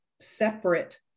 separate